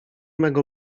mego